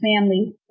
family